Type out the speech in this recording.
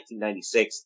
1996